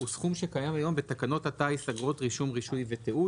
הוא סכום שקיים היום בתקנות הטיס אגרות רישום רישוי ותיעוד.